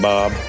Bob